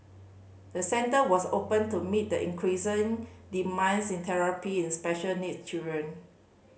the centre was opened to meet the increasing demands in therapy special needs children